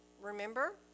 Remember